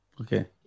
Okay